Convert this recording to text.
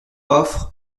offre